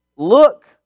look